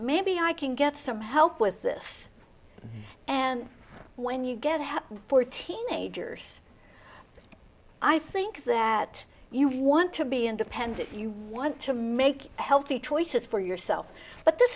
maybe i can get some help with this and when you get help for teenagers i think that you want to be independent you want to make healthy choices for yourself but this